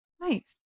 nice